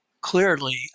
clearly